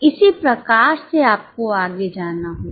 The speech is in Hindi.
इसी प्रकार से आपको आगे जाना होगा